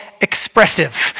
expressive